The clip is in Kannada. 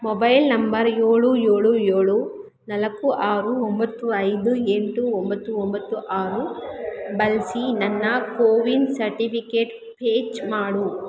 ಮೊಬೈಲ್ ನಂಬರ್ ಏಳು ಏಳು ನಾಲ್ಕು ಆರು ಒಂಬತ್ತು ಐದು ಎಂಟು ಒಂಬತ್ತು ಒಂಬತ್ತು ಆರು ಬಳಸಿ ನನ್ನ ಕೋವಿನ್ ಸರ್ಟಿಫಿಕೇಟ್ ಪೇಚ್ ಮಾಡು